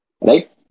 right